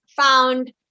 found